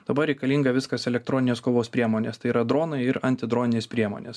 dabar reikalinga viskas elektroninės kovos priemonės tai yra dronai ir antidroninės priemonės